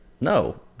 No